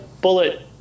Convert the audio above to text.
bullet